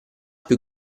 più